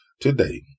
today